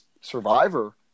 survivor